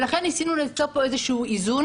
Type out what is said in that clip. ולכן ניסינו למצוא פה איזשהו איזון